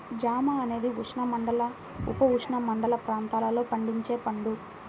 జామ అనేది ఉష్ణమండల, ఉపఉష్ణమండల ప్రాంతాలలో పండించే పండు